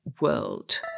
world